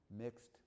mixed